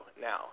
Now